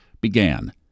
began